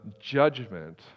judgment